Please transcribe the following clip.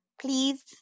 Please